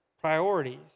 priorities